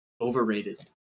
overrated